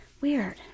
Weird